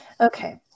okay